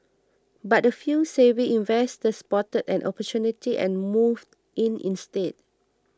but a few savvy investors spotted an opportunity and moved in instead